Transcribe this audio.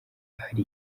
ahari